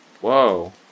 Whoa